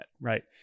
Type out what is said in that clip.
right